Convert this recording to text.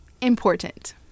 important